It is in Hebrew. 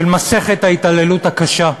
של מסכת ההתעללות הקשה.